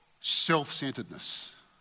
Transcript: self-centeredness